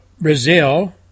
Brazil